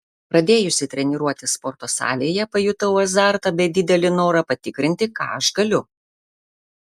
pradėjusi treniruotis sporto salėje pajutau azartą bei didelį norą patikrinti ką aš galiu